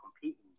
competing